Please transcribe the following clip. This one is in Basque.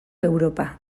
europa